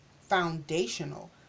foundational